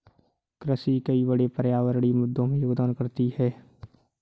कृषि कई बड़े पर्यावरणीय मुद्दों में योगदान करती है